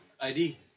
ID